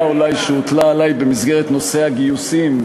אולי שהוטלה עלי במסגרת נושא הגיוסים,